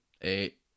Eight